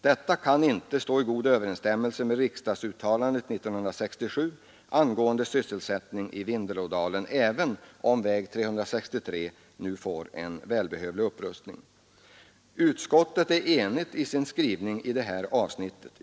Detta kan inte stå i god överensstämmelse med riksdagsuttalandet 1967 angående sysselsättning i Vindelådalen, även om väg 363 nu får en välbehövlig upprustning. Utskottet är enigt i sin skrivning i detta avsnitt.